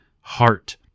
heart